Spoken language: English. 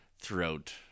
throughout